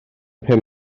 pum